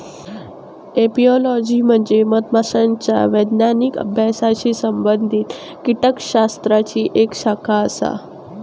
apiology म्हणजे मधमाशांच्या वैज्ञानिक अभ्यासाशी संबंधित कीटकशास्त्राची एक शाखा आसा